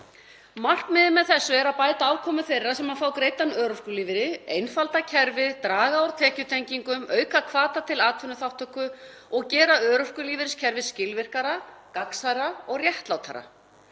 Markmiðið með þessu er að bæta afkomu þeirra sem fá greiddan örorkulífeyri, einfalda kerfið, draga úr tekjutengingum, auka hvata til atvinnuþátttöku og gera örorkulífeyriskerfið skilvirkara, gagnsærra og réttlátara.